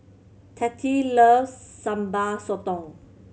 Tate loves Sambal Sotong